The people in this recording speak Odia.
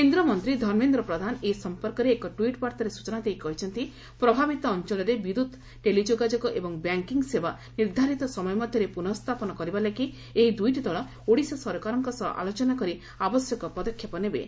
କେନ୍ଦ୍ରମନ୍ତ୍ରୀ ଧର୍ମେନ୍ଦ୍ର ପ୍ରଧାନ ଏ ସମ୍ପର୍କରେ ଏକ ଟ୍ୱିଟ୍ ବାର୍ତ୍ତାରେ ସୂଚନା ଦେଇ କହିଛନ୍ତି ପ୍ରଭାବିତ ଅଞ୍ଚଳରେ ବିଦ୍ୟୁତ୍ ଟେଲିଯୋଗାଯୋଗ ଏବଂ ବ୍ୟାଙ୍କିଙ୍ଗ୍ ସେବା ନିର୍ଦ୍ଧାରିତ ସମୟ ମଧ୍ୟରେ ପୁନଃସ୍ଥାପନ କରିବା ଲାଗି ଏହି ଦୁଇଟି ଦଳ ଓଡ଼ିଶା ସରକାରଙ୍କ ସହ ଆଲୋଚନା କରି ଆବଶ୍ୟକ ପଦକ୍ଷେପ ନେବେ